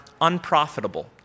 unprofitable